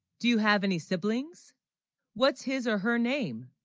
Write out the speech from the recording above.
do you have any siblings what's his or her name?